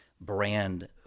Brand